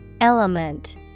Element